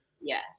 Yes